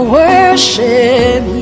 worship